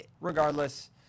regardless